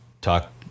talk